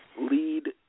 lead